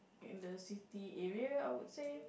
in the city area I would say